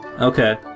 Okay